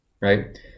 right